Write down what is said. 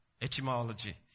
etymology